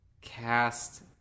cast